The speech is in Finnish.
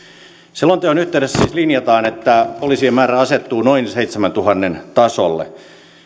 selonteon yhteydessä linjataan että poliisien määrä asettuu noin seitsemäntuhannen tasolle